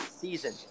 season